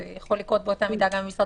זה יכול לקרות באותה מידה גם אם משרד